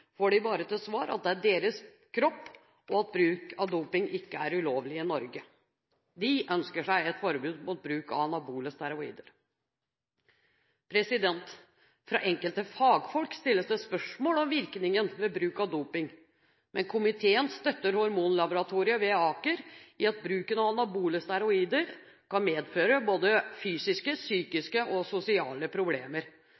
får de bare til svar at det er deres kropp, og at bruk av doping ikke er ulovlig i Norge. De ønsker seg et forbud mot bruk av anabole steroider. Fra enkelte fagfolk stilles det spørsmål om virkningen ved bruk av doping, men komiteen støtter Hormonlaboratoriet ved Aker sykehus i at bruken av anabole steroider kan medføre både fysiske,